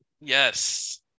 yes